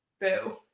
boo